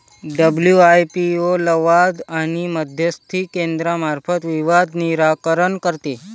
WIPO लवाद आणि मध्यस्थी केंद्रामार्फत विवाद निराकरण करते